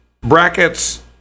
brackets